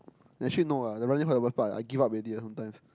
actually no ah they are running for the Bird Park I give up already ah sometimes